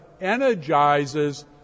energizes